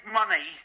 money